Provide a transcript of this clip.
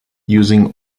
using